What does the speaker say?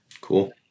Cool